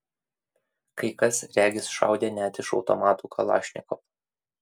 kai kas regis šaudė net iš automatų kalašnikov